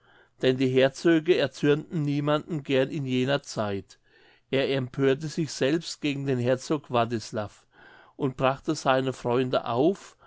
denn die herzöge erzürnten niemanden gern in jener zeit er empörte sich selbst gegen den herzog wartislav und brachte seine freunde auf